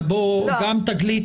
גם תגלית